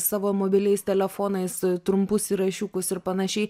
savo mobiliais telefonais trumpus įrašiukus ir panašiai